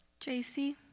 JC